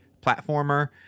platformer